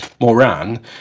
Moran